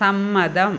സമ്മതം